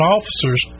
officers